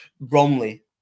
Bromley